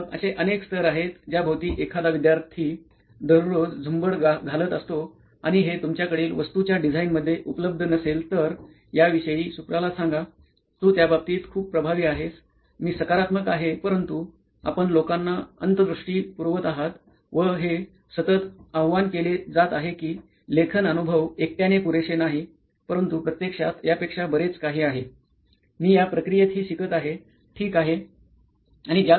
तर मग असे अनेक स्तर आहेत ज्या भोवती एखादा विद्यार्थी दररोज झुंबड घालत असतो आणि हे तुमच्याकडील वस्तूच्या डिझाईनमध्ये उपलब्ध नसेल तर याविषयी सुप्राला सांगा तू त्याबाबतीत खूप प्रभावी आहेस मी सकारात्मक आहे परंतु आपण लोकांना अंतर्दृष्टी पुरवित आहात व हे सतत आव्हान केले जात आहे की लेखन अनुभव एकट्याने पुरेसे नाही परंतु प्रत्यक्षात यापेक्षा बरेच काही आहे मी या प्रक्रियेतही शिकत आहे ठीक आहे